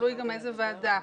תלוי גם איזו ועדה.